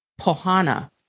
Pohana